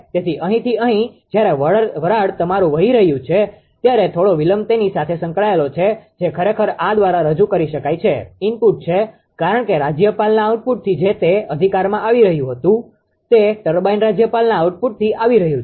તેથી અહીંથી અહીં જ્યારે વરાળ તમારું વહી રહ્યું છે ત્યારે થોડો વિલંબ તેની સાથે સંકળાયેલો છે જે ખરેખર આ દ્વારા રજૂ થાય છે ઇનપુટ છે કારણ કે રાજ્યપાલના આઉટપુટથી જે તે અધિકારમાં આવી રહ્યું હતું તે ટર્બાઇન રાજ્યપાલના આઉટપુટથી આવી રહ્યું છે